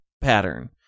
pattern